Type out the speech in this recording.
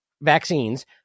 vaccines